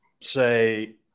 say